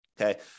okay